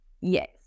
Yes